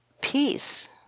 peace